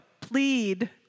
plead